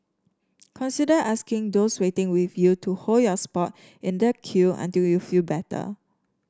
consider asking those waiting with you to hold your spot in the queue until you feel better